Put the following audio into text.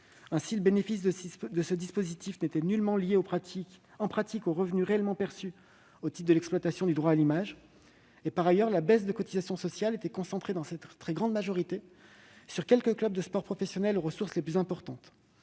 Ainsi, le bénéfice de ce dispositif n'était nullement lié, en pratique, aux revenus réellement perçus au titre de l'exploitation du droit à l'image. Par ailleurs, la baisse de cotisations sociales était très largement concentrée sur quelques clubs de sport professionnel, aux ressources les plus importantes.